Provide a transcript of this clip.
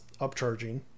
upcharging